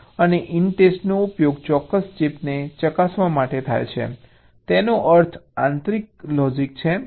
અને INTEST નો ઉપયોગ ચોક્કસ ચિપને ચકાસવા માટે થાય છે તેનો અર્થ આંતરિક લોજીક છે